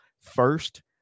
first